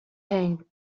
hanged